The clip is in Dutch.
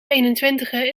eenentwintigen